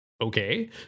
okay